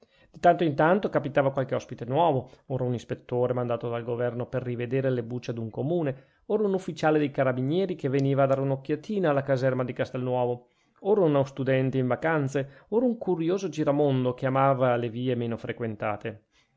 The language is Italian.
in tanto capitava qualche ospite nuovo ora un ispettore mandato dal governo per rivedere le bucce ad un comune ora un ufficiale dei carabinieri che veniva a dare un'occhiatina alla caserma di castelnuovo ora uno studente in vacanze ora un curioso giramondo che amava le vie meno frequentate